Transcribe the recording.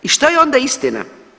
I što je onda istina?